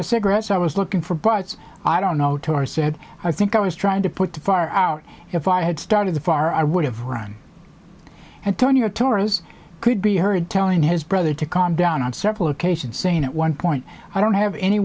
of cigarettes i was looking for but i don't know two are said i think i was trying to put the fire out if i had started the far i would have run and turn your tourers could be heard telling his brother to calm down on several occasions saying at one point i don't have any